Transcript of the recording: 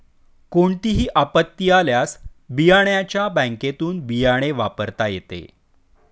कोणतीही आपत्ती आल्यास बियाण्याच्या बँकेतुन बियाणे वापरता येते